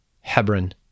Hebron